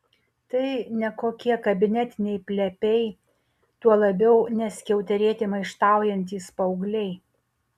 tai ne kokie kabinetiniai plepiai tuo labiau ne skiauterėti maištaujantys paaugliai